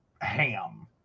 ham